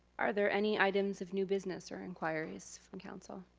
are there any items of new business or inquiries from council?